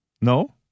No